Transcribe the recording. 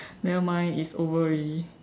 nevermind it's over already